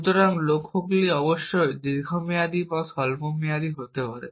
সুতরাং লক্ষ্যগুলি অবশ্যই দীর্ঘমেয়াদী বা স্বল্পমেয়াদী হতে পারে